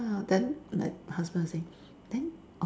ah then like my husband was saying then